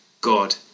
God